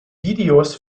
videos